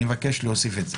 אני מבקש להוסיף את זה.